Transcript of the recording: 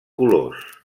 colors